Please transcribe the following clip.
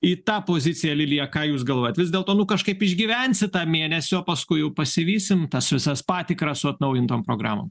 į tą poziciją lilija ką jūs galvojat vis dėlto nu kažkaip išgyvensit tą mėnesį o paskui pasivysim tas visas patikras su atnaujintom programom